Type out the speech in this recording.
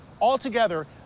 Altogether